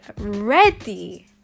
ready